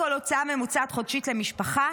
בסך הכול הוצאה ממוצעת חודשית למשפחה,